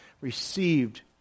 received